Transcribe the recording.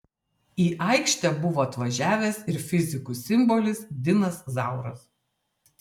į aikštę buvo atvažiavęs ir fizikų simbolis dinas zauras